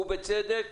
ובצדק.